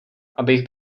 abych